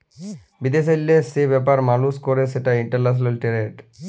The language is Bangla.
বিদেশেল্লে যে ব্যাপার মালুস ক্যরে সেটা ইলটারল্যাশলাল টেরেড